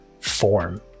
form